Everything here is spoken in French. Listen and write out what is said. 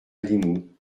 limoux